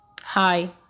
Hi